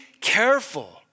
careful